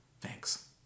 Thanks